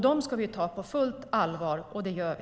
Dem ska vi ta på fullt allvar, och det gör vi.